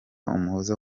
umuhoza